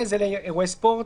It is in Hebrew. עדיין יהיו קפסולות של 20?